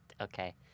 Okay